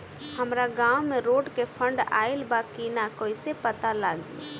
हमरा गांव मे रोड के फन्ड आइल बा कि ना कैसे पता लागि?